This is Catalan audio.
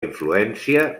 influència